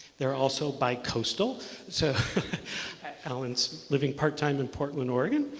they are also bicoastal. so alan's living part-time in portland, oregon.